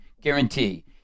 guarantee